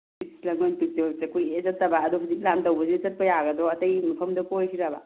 ꯀꯨꯏꯔꯦ ꯆꯠꯇꯕ ꯑꯗꯣ ꯍꯧꯖꯤꯛ ꯂꯥꯟ ꯇꯧꯕꯁꯤ ꯆꯠꯄ ꯌꯥꯒꯗ꯭ꯔꯣ ꯑꯇꯩ ꯃꯐꯝꯗ ꯀꯣꯏꯁꯤꯔꯕ